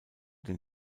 den